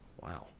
Wow